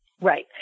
Right